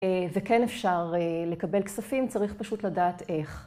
אהה וכן אפשר לקבל כספים, צריך פשוט לדעת איך.